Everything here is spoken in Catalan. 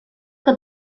que